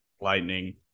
lightning